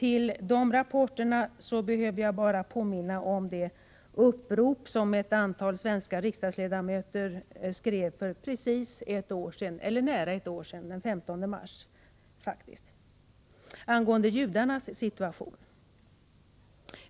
I sammanhanget behöver jag bara påminna om det upprop som ett antal svenska riksdagsledamöter skrev för drygt ett år sedan — den 15 mars 1984 — angående judarnas situation.